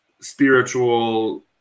spiritual